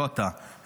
לא אתה,